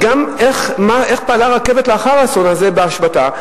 איך פעלה הרכבת לאחר האסון הזה בהשבתה.